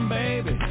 baby